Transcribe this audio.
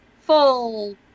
full